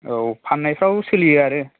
औ फाननायफ्राव सोलियो आरो